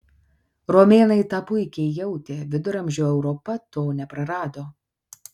romėnai tą puikiai jautė viduramžių europa to neprarado